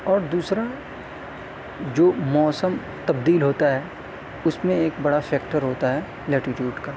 اور دوسرا جو موسم تبدیل ہوتا ہے اس میں ایک بڑا فیکٹر ہوتا ہے لیٹٹیوڈ کا